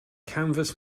canvas